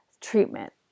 treatment